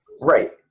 Right